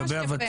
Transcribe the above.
ממש יפה.